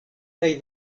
kaj